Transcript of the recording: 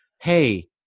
hey